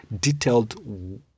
detailed